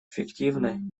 эффективно